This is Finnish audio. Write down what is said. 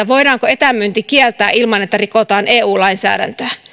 voidaanko etämyynti kieltää ilman että rikotaan eu lainsäädäntöä